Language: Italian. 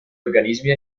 organismi